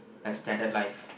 a standard life